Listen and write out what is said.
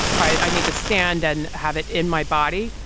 i need to stand and have it in my body.